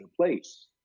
place